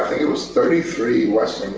he was thirty three west.